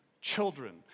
children